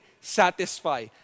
satisfy